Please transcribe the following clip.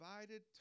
divided